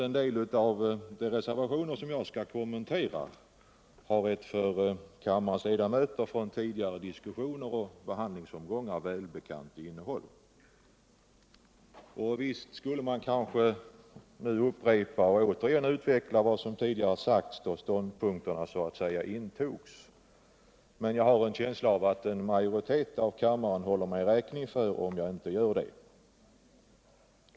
En del av de reservationer jag skall kommentera har ett för kammarens ledamöter från tidigare diskussioner och behandlingsomgångar välbekant innehåll. Visst skulle man kanske upprepa och återigen utveckla vad som tidigare sagts då ståndpunkterna intogs, men jag har en känsla av att en majoritet av kammarens ledamöter håller mig räkning för att jag inte gör det.